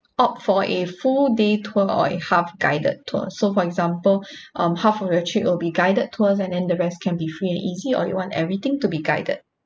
opt for a full day tour or a half guided tour so for example um half of the trip will be guided tours and then the rest can be free and easy or you want everything to be guided